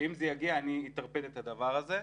שאם זה יגיע אני אטרפד את הדבר הזה.